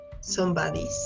somebody's